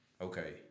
okay